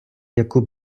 яку